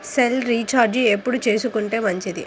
Cell recharge ఎప్పుడు చేసుకొంటే మంచిది?